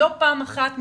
לא פעם אחת,